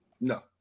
no